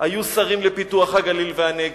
היו שרים לפיתוח הגליל והנגב,